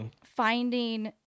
finding –